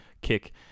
kick